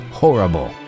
horrible